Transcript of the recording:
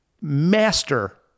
master